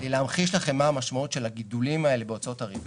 כדי להמחיש לכם מה המשמעות של הגידולים האלה בהוצאות הריבית,